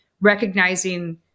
recognizing